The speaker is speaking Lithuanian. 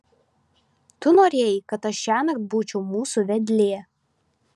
tu norėjai kad aš šiąnakt būčiau mūsų vedlė